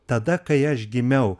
tada kai aš gimiau